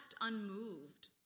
unmoved